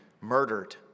murdered